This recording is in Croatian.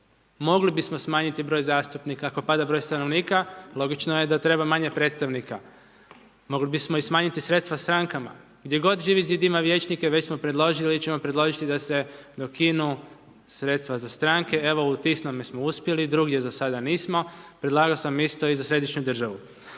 Mogli bismo smanjiti broj zastupnika kako pada broj stanovnika, logično je da treba manje predstavnika. Mogli bismo i smanjiti sredstva strankama, gdje god Živi zid ima vijećnike, već smo predložili ili ćemo predložiti da se ukinu sredstva za stranke, evo u Tisnome smo uspjeli, drugdje za sada nismo, predlagao sam isto i za središnju državu.